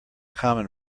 common